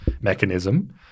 mechanism